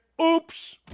oops